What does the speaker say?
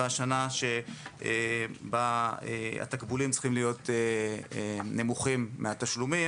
והשנה שבה התקבולים צריכים להיות נמוכים מהתשלומים.